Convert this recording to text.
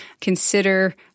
consider